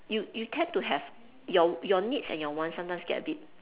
you you tend to have your your needs and your wants sometimes get a bit